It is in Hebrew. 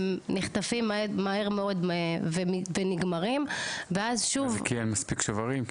הם נחטפים מהר מאוד ונגמרים ואז שוב --- כי אין מספיק שוברים.